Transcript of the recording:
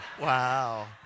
Wow